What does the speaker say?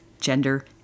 Gender